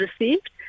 received